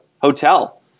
hotel